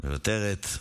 מוותרת.